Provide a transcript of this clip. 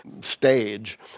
stage